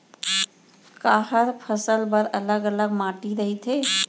का हर फसल बर अलग अलग माटी रहिथे?